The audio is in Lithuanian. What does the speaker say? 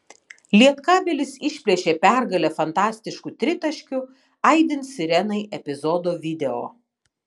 lietkabelis išplėšė pergalę fantastišku tritaškiu aidint sirenai epizodo video